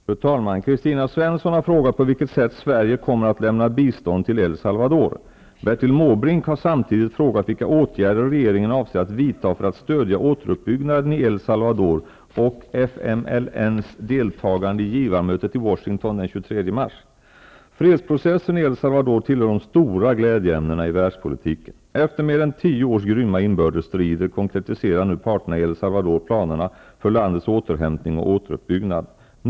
Fru talman! Kristina Svensson har frågat på vilket sätt Sverige kommer att lämna bistånd till El Salvador. Bertil Måbrink har samtidigt frågat vilka åt gärder regeringen avser att vidta för att stödja återuppbyggnaden i El Salva dor och FMLN:s deltagande i givarmötet i Washington den 23 mars. Fredsprocessen i El Salvador tillhör de stora glädjeämnena i världspolitiken. Efter mer än tio års grymma inbördesstrider konkretiserar nu parterna i El Salvador planerna för landets återhämtning och återuppbyggnad.